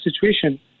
situation